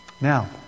Now